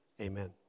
Amen